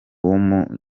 w’umunya